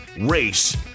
race